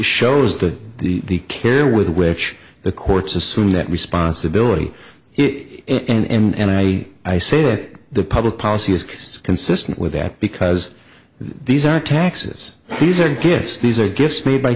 shows that the care with which the courts assume that responsibility it and i i say that the public policy is consistent with that because these are taxes these are gifts these are gifts made by